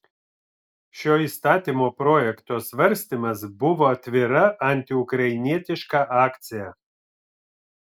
šio įstatymo projekto svarstymas buvo atvira antiukrainietiška akcija